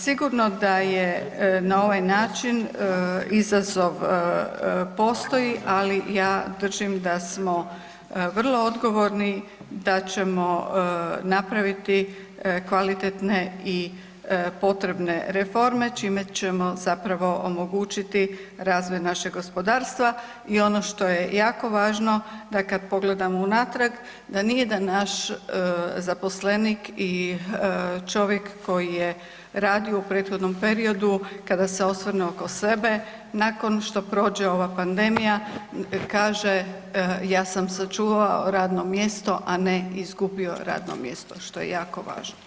Sigurno da je na ovaj način izazov postoji, ali ja držim da smo vrlo odgovorni, da ćemo napraviti kvalitetne i potrebne reforme čime ćemo omogućiti razvoj našeg gospodarstva i ono što je jako važno da kad pogledamo unatrag da nijedan naš zaposlenik i čovjek koji je radio u prethodnom periodu kada se osvrne oko sebe nakon što prođe ova pandemija kaže ja sam sačuvao radno mjesto, a ne izgubio radno mjesto, što je jako važno.